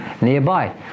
nearby